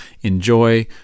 enjoy